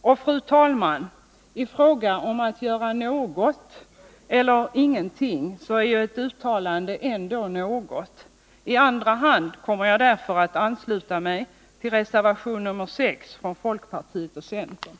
Och, fru talman, i valet mellan att göra något eller ingenting är ett uttalande ändå något. I andra hand kommer jag därför att ansluta mig till reservation nr 6 från folkpartiet och centern.